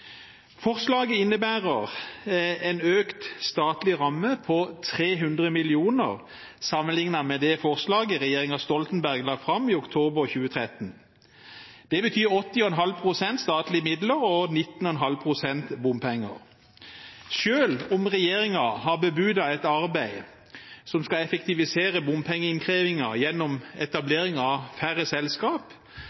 Forslaget innebærer en økt statlig ramme på 300 mill. kr sammenlignet med det forslaget regjeringen Stoltenberg la fram i oktober 2013. Det betyr 80,5 pst. statlige midler og 19,5 pst. bompenger. Selv om regjeringen har bebudet et arbeid som skal effektivisere bompengeinnkrevingen gjennom